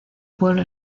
pueblo